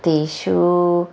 तेषु